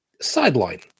sideline